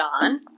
on